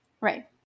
Right